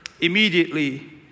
immediately